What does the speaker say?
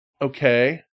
Okay